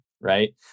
right